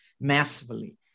massively